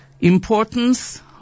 importance